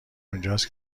اونجاست